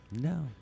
No